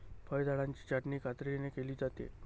फळझाडांची छाटणी कात्रीने केली जाते